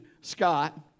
Scott